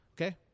Okay